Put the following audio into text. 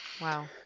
Wow